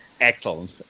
excellent